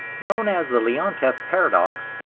known as the leontief paradox,